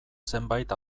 zenbait